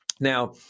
Now –